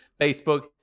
Facebook